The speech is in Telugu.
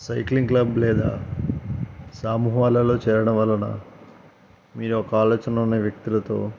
సైక్లింగ్ క్లబ్ లేదా సామూహలాలలో చేరడం వలన మీ ఒక ఆలోచన ఉన్న వ్యక్తులతో